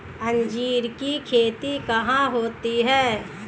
अंजीर की खेती कहाँ होती है?